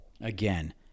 Again